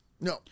No